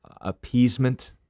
appeasement